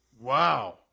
Wow